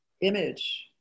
image